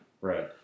right